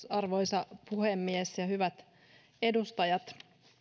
arvoisa puhemies hyvät edustajat suomessa